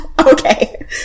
Okay